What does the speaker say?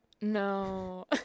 No